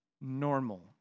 normal